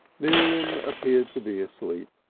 miriam appeared to be asleep,